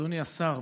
אדוני השר,